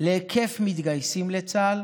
להיקף מתגייסים לצה"ל